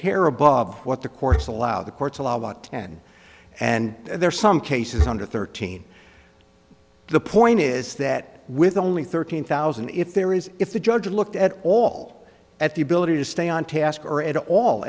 hair above what the courts allow the courts allow about ten and there are some cases under thirteen the point is that with only thirteen thousand if there is if the judge looked at all at the ability to stay on task or at all